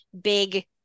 big